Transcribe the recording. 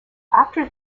after